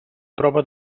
prova